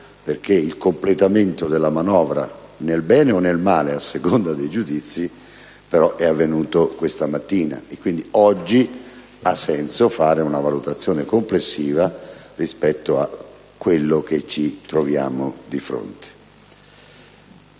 giacché il completamento della manovra, nel bene o nel male, a seconda dei giudizi, è avvenuto solo questa mattina. Oggi, pertanto, ha senso svolgere una valutazione complessiva rispetto a quello che ci troviamo di fronte.